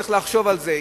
צריך לחשוב על זה.